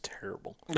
terrible